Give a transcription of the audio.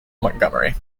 montgomery